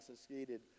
succeeded